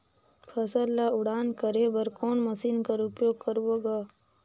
फसल ल उड़ान करे बर कोन मशीन कर प्रयोग करबो ग?